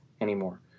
anymore